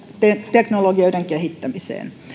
teknologioiden kehittämiseen